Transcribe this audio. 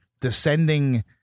descending